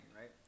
right